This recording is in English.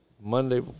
Monday